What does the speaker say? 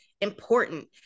important